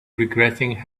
regretting